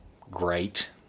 great